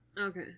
Okay